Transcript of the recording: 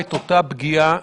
את אומרת שאם יש,